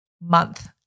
month